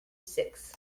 six